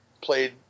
played